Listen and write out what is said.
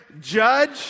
judge